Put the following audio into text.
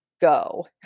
go